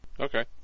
Okay